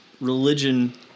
religion